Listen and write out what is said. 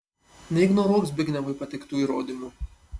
neignoruok zbignevui pateiktų įrodymų